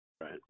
Right